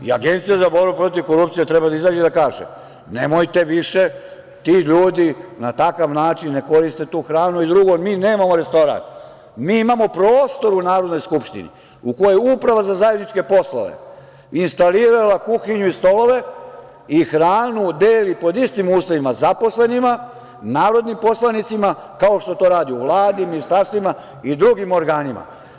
Agencija za borbu protiv korupcije treba da izađe i da kaže - nemojte više, ti ljudi na takav način ne koriste tu hranu, i drugo, mi nemamo restoran, mi imamo prostor u Narodnoj skupštini, u kojoj je Uprava za zajedničke poslove instalirala kuhinju i stolove, i hranu deli pod istim uslovima zaposlenima, narodnim poslanicima, kao što to radi u Vladi, ministarstvima i drugim organima.